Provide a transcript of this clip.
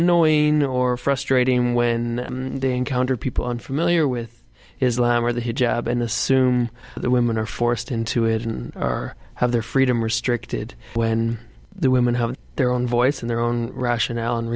annoying or frustrating when they encounter people unfamiliar with islam wear the hijab and the soon the women are forced into it and are have their freedom restricted when the women have their own voice and their own rationale and